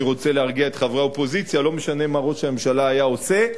אני רוצה להרגיע את חברי האופוזיציה: לא משנה מה ראש הממשלה היה עושה,